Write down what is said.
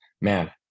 man